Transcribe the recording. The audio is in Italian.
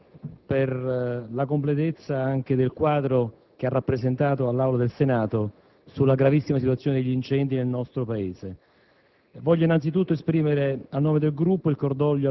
Un ringraziamento va al sottosegretario Rosato per la completezza anche del quadro che ha rappresentato all'Assemblea del Senato sulla gravissima situazione degli incendi nel nostro Paese.